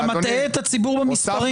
אתה פשוט מטעה את הציבור במספרים.